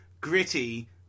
gritty